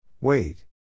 Wait